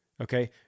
Okay